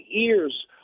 ears